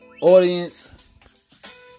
audience